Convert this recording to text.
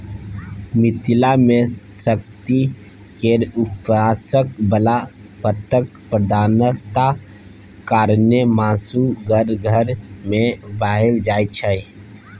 मिथिला मे शक्ति केर उपासक बला पंथक प्रधानता कारणेँ मासु घर घर मे खाएल जाइत छै